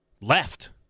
left